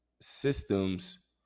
systems